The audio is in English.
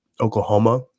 Oklahoma